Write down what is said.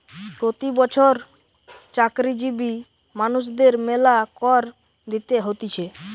প্রতি বছর চাকরিজীবী মানুষদের মেলা কর দিতে হতিছে